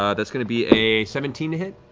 ah that's going to be a seventeen to hit?